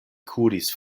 kuris